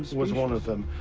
was one them.